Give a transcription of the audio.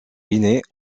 guinée